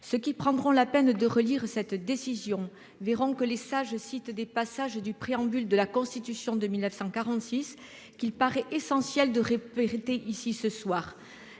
Ceux qui prendront la peine de relire cette décision verront que les sages cite des passagers du préambule de la Constitution de 1946 qu'il paraît essentiel de répéter ici ce soir